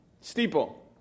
Steeple